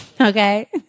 Okay